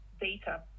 data